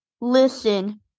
Listen